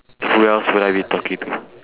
who else would I be talking to